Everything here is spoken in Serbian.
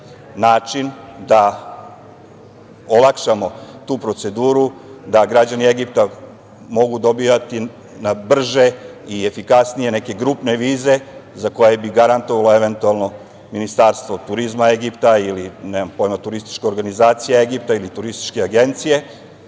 način da olakšamo tu proceduru, da građani Egipta mogu dobijati na brže i efikasnije neke grupne vize za koje bi garantovalo eventualno Ministarstvo turizma Egipta ili turističke organizacije Egipta ili turističke agencije